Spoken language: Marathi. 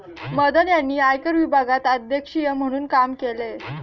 मदन यांनी आयकर विभागात अधीक्षक म्हणून काम केले